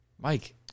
Mike